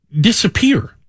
disappear